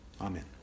Amen